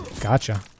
Gotcha